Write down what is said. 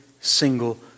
single